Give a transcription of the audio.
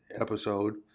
episode